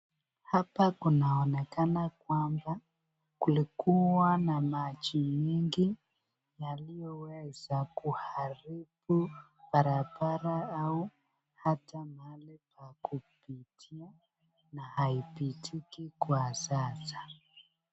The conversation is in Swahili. Hapa kunaonekana kwamba kulikua na maji mingi yaliyoweza kuharibu barabara na pahali ya kupitia na haipitiki kwa sasa.